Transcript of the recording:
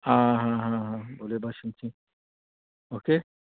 आं हा हा हा बोरें भाशेन शीक ओके